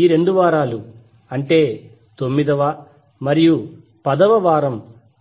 ఈ 2 వారాలు అంటే తొమ్మిదవ మరియు పదవ వారం